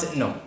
no